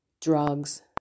drugs